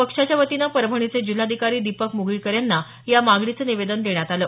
पक्षाच्या वतीनं परभणीचे जिल्हाधिकारी दीपक मुगळीकर यांना या मागणीचं निवेदन देण्यात आलं